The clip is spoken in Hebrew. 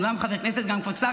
הוא גם חבר כנסת וגם כבוד השר,